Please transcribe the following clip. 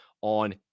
on